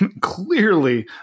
clearly